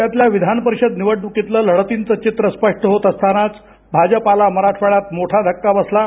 राज्यातल्या विधानपरिषद निवडणुकीतलं लढतींचं चित्र स्पष्ट होत असतानाच भाजपाला मराठवाड्यात मोठा धक्का बसला आहे